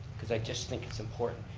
cause i just think it's important,